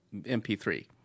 MP3